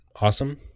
awesome